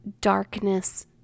darkness